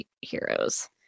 Heroes